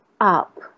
up